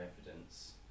evidence